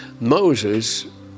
Moses